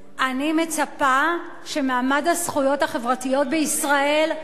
אני מצפה שמעמד הזכויות החברתיות בישראל,